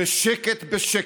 בשקט בשקט,